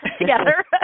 together